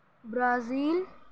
Brazil